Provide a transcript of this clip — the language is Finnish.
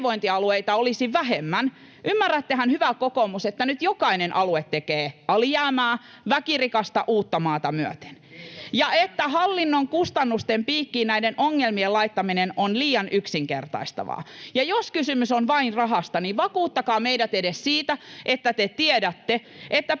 että hyvinvointialueita olisi vähemmän, ymmärrättehän, hyvä kokoomus, että nyt jokainen alue tekee alijäämää, väkirikasta Uuttamaata myöten, [Ben Zyskowicz: Kiitos teidän sote-mallinne!] ja että hallinnon kustannusten piikkiin näiden ongelmien laittaminen on liian yksinkertaistavaa. Ja jos kysymys on vain rahasta, niin vakuuttakaa meidät edes siitä, että te tiedätte, että